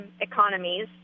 economies